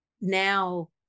now